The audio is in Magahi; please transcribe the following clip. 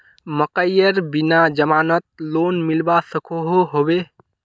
मकईर बिना जमानत लोन मिलवा सकोहो होबे?